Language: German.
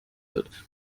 wird